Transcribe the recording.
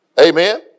Amen